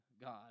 God